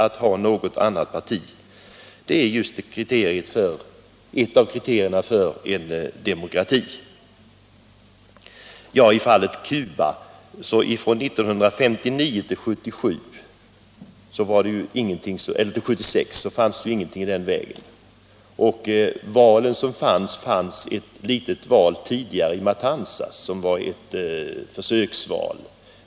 Vad gäller Cuba förekom inga egentliga, demokratiska parlamentsval under perioden 1959-1976. I Matanzas har förekommit ett försöksval.